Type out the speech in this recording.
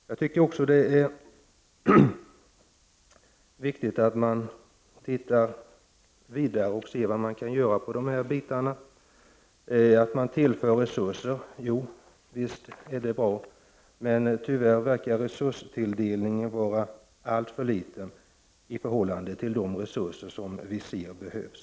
Jag tycker också att det är viktigt att man tittar litet vidare och ser vad man kan göra på det här området. Det är visserligen bra att man tillför resurser, men resurstilldelningen verkar tyvärr vara alltför liten i förhållande till de resurser som vi ser behövs.